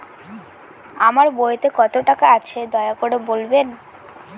আমার বইতে কত টাকা আছে দয়া করে বলবেন?